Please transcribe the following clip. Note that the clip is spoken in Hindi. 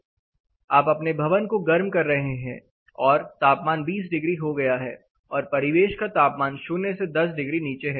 आप अपने भवन को गर्म कर रहे हैं और तापमान 20 डिग्री हो गया है और परिवेश का तापमान शून्य से 10 डिग्री नीचे है